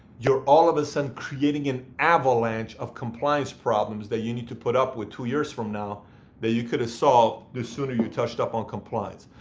you're all of a sudden creating an avalanche of compliance problems that you need to put up with two years from now that you could have solved the sooner you touched up on compliance.